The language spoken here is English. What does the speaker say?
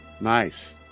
Nice